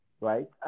right